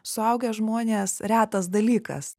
suaugę žmonės retas dalykas